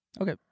Okay